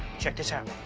check this out.